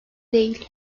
değil